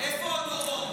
איפה הדורון?